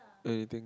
anything